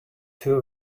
two